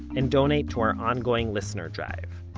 and donate to our ongoing listener drive.